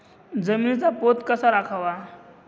जमिनीचा पोत कसा राखावा?